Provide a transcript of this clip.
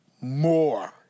more